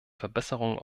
verbesserungen